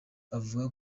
avuga